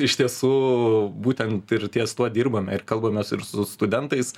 iš tiesų būtent ir ties tuo dirbame ir kalbamės ir su studentais